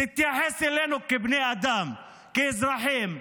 תתייחס אלינו כבני אדם, כאזרחים,